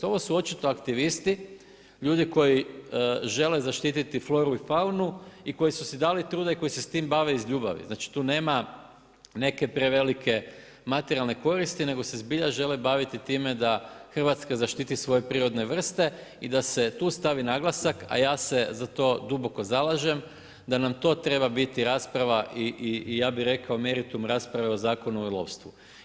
Ovo su očito aktivisti, ljudi koji žele zaštititi floru i faunu, i koji su si dli truda i koji se s tim bave iz ljubavi, znači tu nema neke prevelike materijalne koristi nego se zbilja žele baviti time da Hrvatska zaštiti svoje prirodne vrste i da se tu stavi naglasak a ja se duboko zalažem, da nam to treba biti rasprava i ja bi rekao, meritum rasprave o Zakonu o lovstvu.